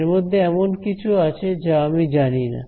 এরমধ্যে এমন কিছু আছে যা আমি জানিনা